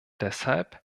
deshalb